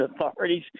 authorities